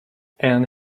and